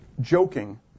joking